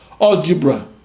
algebra